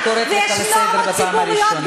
אני קוראת אותך לסדר בפעם הראשונה.